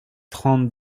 trente